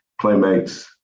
Playmates